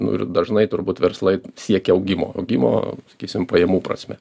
nu ir dažnai turbūt verslai siekia augimo augimo sakysim pajamų prasme